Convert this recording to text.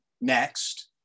next